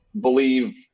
believe